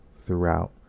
throughout